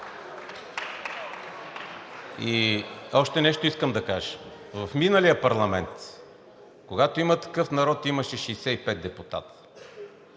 И още нещо искам да кажа. В миналия парламент, когато „Има такъв народ“ имаше 65 депутати,